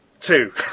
two